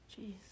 Jeez